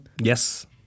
Yes